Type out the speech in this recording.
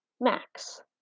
Max